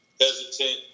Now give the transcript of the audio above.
hesitant